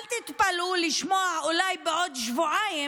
אל תתפלאו לשמוע שאולי בעוד שבועיים,